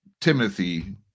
Timothy